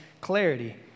clarity